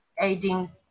aiding